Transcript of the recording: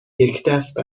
یکدست